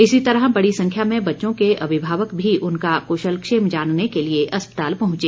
इस तरह बड़ी संख्या में बच्चों के अभिभावक भी उनका कुशलक्षेम जानने के लिए अस्पताल पहुंचे